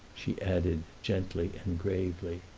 she added, gently and gravely.